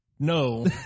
No